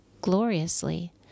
gloriously